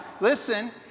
listen